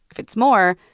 if it's more,